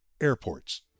airports